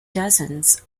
dozens